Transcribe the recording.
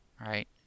right